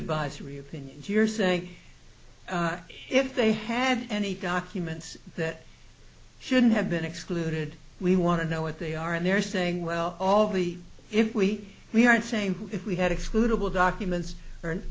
advisory opinion you're saying if they have any documents that shouldn't have been excluded we want to know what they are and they're saying well all the if we we aren't saying if we had excludable documents